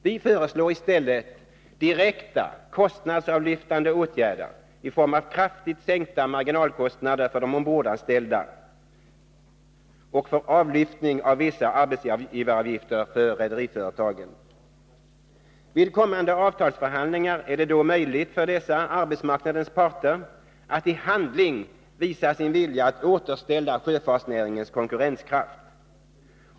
Vi föreslår i stället direkt kostnadsavlyftande åtgärder i form av kraftigt sänkta marginalskatter för de ombordanställda och avlyftning av vissa arbetsgivaravgifter för rederiföretagen. Vid kommande avtalsförhandlingar är det då möjligt för dessa arbetsmarknadens parter att i handling visa sin vilja att återställa sjöfartsnäringens konkurrenskraft.